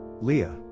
Leah